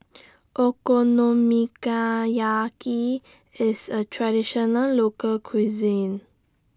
IS A Traditional Local Cuisine